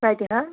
کتہِ حظ